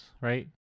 right